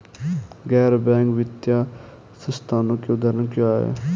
गैर बैंक वित्तीय संस्थानों के उदाहरण क्या हैं?